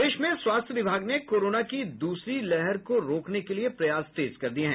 प्रदेश में स्वास्थ्य विभाग ने कोरोना की दूसरी लहर को रोकने के लिए प्रयास तेज कर दिये हैं